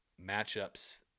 matchups